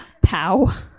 Pow